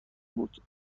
بود